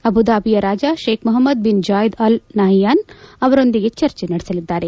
ಅಬುದಾಬಿಯಾ ರಾಜ Sheikh Mohamed bin Zayed Al Nahyan ಅವರೊಂದಿಗೆ ಚರ್ಚೆ ನಡೆಸಲಿದ್ದಾರೆ